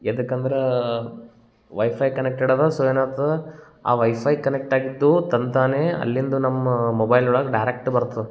ಎದಕ್ ಅಂದ್ರ WiFi connected ಅದ ಸೊ ಏನಾಗ್ತದ ಆ ವೈಫೈ ಕನೆಕ್ಟ್ ಆಗಿದ್ದೂ ತನ್ನ ತಾನೇ ಅಲ್ಲಿಂದು ನಮ್ಮ ಮೊಬೈಲ್ ಒಳಗ ಡೈರೆಕ್ಟ್ ಬರ್ತದ